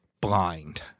blind